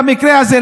במקרה הזה,